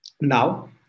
Now